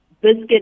biscuit